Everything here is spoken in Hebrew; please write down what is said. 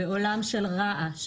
בעולם של רעש,